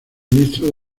ministro